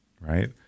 right